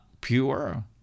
pure